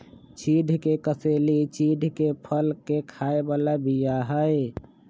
चिढ़ के कसेली चिढ़के फल के खाय बला बीया हई